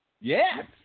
Yes